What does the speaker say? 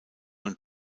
und